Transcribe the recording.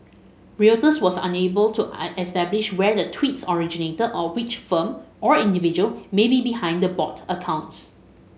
reuters was unable to an establish where the tweets originated or which firm or individual may be behind the bot accounts